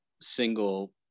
single